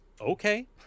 Okay